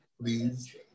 Please